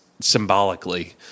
symbolically